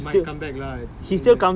might come back lah